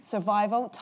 Survival